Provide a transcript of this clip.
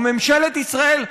או ממשלת ישראל,